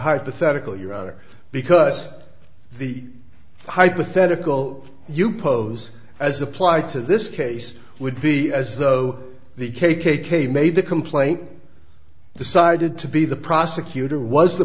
hypothetical you are because the hypothetical you pose as applied to this case would be as though the k k k made the complaint decided to be the prosecutor was the